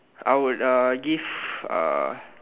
I would uh give uh